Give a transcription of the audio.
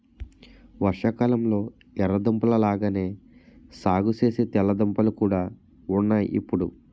వర్షాకాలంలొ ఎర్ర దుంపల లాగానే సాగుసేసే తెల్ల దుంపలు కూడా ఉన్నాయ్ ఇప్పుడు